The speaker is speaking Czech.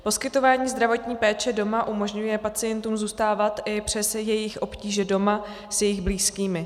Poskytování zdravotní péče doma umožňuje pacientům zůstávat i přes jejich obtíže doma s jejich blízkými.